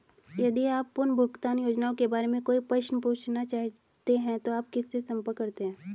यदि आप पुनर्भुगतान योजनाओं के बारे में कोई प्रश्न पूछना चाहते हैं तो आप किससे संपर्क करते हैं?